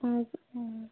ꯎꯝ